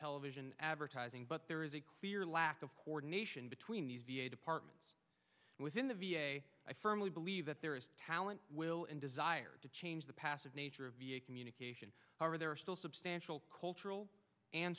television advertising but there is a clear lack of coordination between these departments within the v a i firmly believe that there is talent will and desire to change the passive nature of communication however there are still substantial cultural and